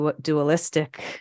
dualistic